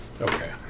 Okay